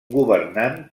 governant